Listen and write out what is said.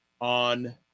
on